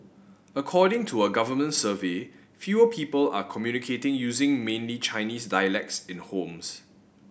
according to a government survey fewer people are communicating using mainly Chinese dialects in homes